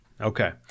Okay